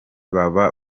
baba